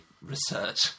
research